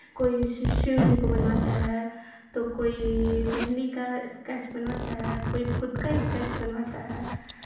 कोई यूशिष्यो जी को बनवाता है तो कोई मेहंदी का स्केच बनवाता है कोइ खुद का स्केच बनवाता है